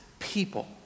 people